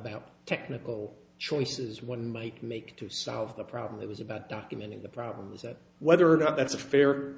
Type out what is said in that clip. the technical choices one might make to solve the problem it was about documenting the problem is that whether or not that's a fair